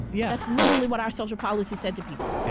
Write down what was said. yeah. that's literally what our social policy said to people. yeah